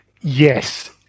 Yes